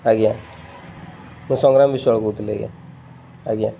ଆଜ୍ଞା ମୁଁ ସଂଗ୍ରାମ ବିଶ୍ୱଳ କହୁଥିଲି ଆଜ୍ଞା ଆଜ୍ଞା